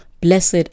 Blessed